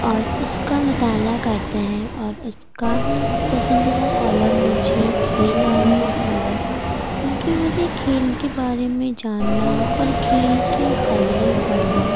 اور اس کا مطالعہ کرتے ہیں اور اس کا پسندیدہ کالم مجھے کھیل والا پسند ہے کیوں کہ مجھے کھیل کے بارے میں جاننا اور کھیل کی خبریں پڑھنا